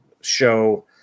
show –